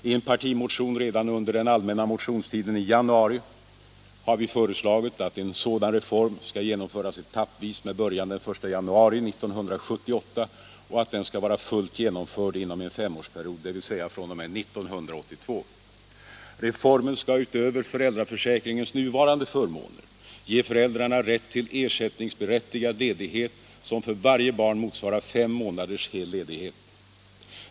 I en partimotion redan under den allmänna motionstiden i januari har vi föreslagit att en sådan reform skall genomföras etappvis med början den 1 januari 1978 och att den skall vara fullt genomförd inom en femårsperiod, dvs. fr.o.m. 1982. Reformen skall utöver föräldraförsäkringens nuvarande förmåner ge föräldrarna rätt till ersättningsberättigad ledighet, som för varje barn motsvarar fem månaders hel ledighet.